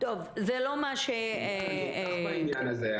אני איתך בעניין הזה.